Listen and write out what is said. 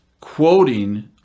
quoting